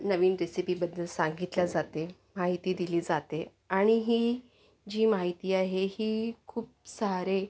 नवीन रेसिपीबद्दल सांगितल्या जाते माहिती दिली जाते आणि ही जी माहिती आहे ही खूप सारे